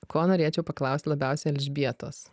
ko norėčiau paklausti labiausiai elžbietos